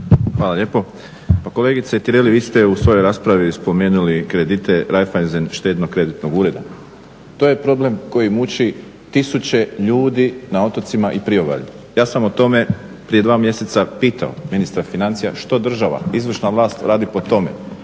Hvala lijepa. Pa kolegice Tireli, vi ste u svojoj raspravi spomenuli kredite Raiffeisen štednog kreditnog ureda. To je problem koji muči tisuće ljudi na otocima i priobalju. Ja sam o tome prije dva mjeseca pitao što država, izvršna vlast radi po tome,